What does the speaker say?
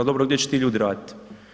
A dobro gdje će ti ljudi raditi?